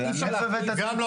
אבל אי אפשר להגיד -- גם לא